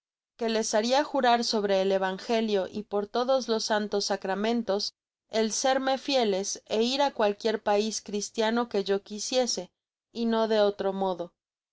que les haria jurar sobre el evangelio y por los santos sacramentos el serme fieles ó ir á cualquier pais cristiano que yo quisiese y no de otro modo